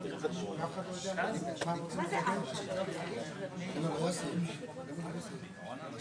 אז תוכל לעזור לנו להבין את הלקונות שבעטיין אנחנו נמצאים כאן.